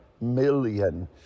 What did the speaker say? million